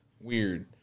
weird